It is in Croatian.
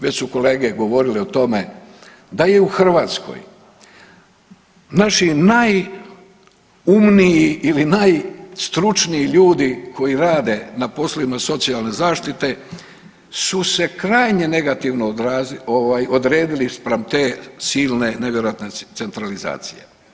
Već su kolege govorili o tome da je u Hrvatskoj naši najumniji ili najstručniji ljudi koji rade na poslovima socijalne zaštite su se krajnje negativno odredili spram te silne nevjerojatne centralizacije.